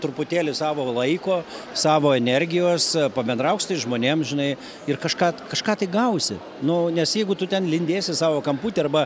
truputėlį savo laiko savo energijos pabendrauk su tais žmonėm žinai ir kažką kažką tai gausi nu nes jeigu tu ten lindėsi savo kamputy arba